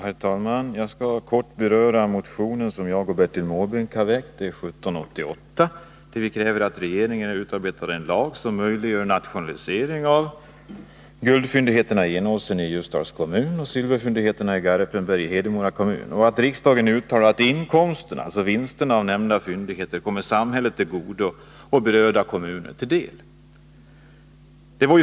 Herr talman! Jag skall kortfattat beröra motion 1788, som väckts av mig och Bertil Måbrink, i vilken vi kräver att regeringen utarbetar en lag som möjliggör nationalisering av guldfyndigheterna i Enåsen i Ljusdals kommun och silverfyndigheterna i Garpenberg i Hedemora kommun. Vi kräver också att riksdagen uttalar att inkomsterna, alltså vinsterna, från nämnda fyndigheter kommer samhället och berörda kommuner till del.